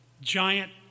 giant